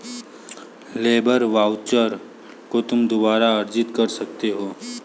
labour voucher को तुम दोबारा अर्जित कर सकते हो